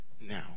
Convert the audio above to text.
now